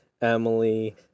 Emily